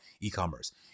e-commerce